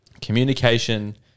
Communication